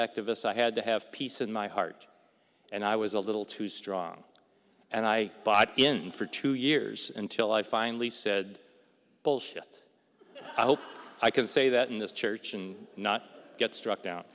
activists i had to have peace in my heart and i was a little too strong and i bought in for two years until i finally said bullshit i hope i can say that in this church and not get struck down